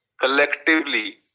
Collectively